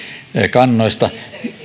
kannoista